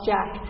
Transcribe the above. Jack